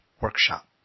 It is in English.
workshop